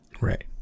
Right